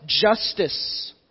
justice